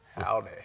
Howdy